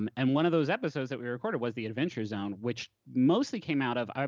um and one of those episodes that we recorded was the adventure zone, which mostly came out of. ah